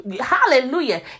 Hallelujah